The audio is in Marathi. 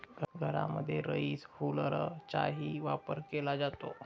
घरांमध्ये राईस हुलरचाही वापर केला जातो